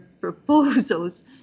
proposals